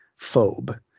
phobe